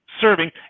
serving